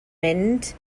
mynd